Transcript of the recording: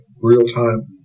real-time